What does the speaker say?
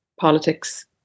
politics